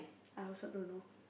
I also don't know